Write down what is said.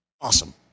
awesome